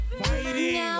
fighting